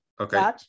okay